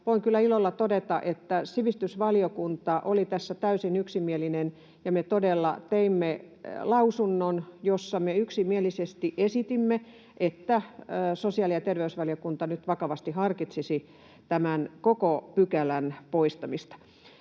kyllä ilolla todeta, että sivistysvaliokunta oli tässä täysin yksimielinen. Me todella teimme lausunnon, jossa me yksimielisesti esitimme, että sosiaali- ja terveysvaliokunta nyt vakavasti harkitsisi tämän koko pykälän poistamista.